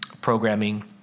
programming